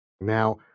Now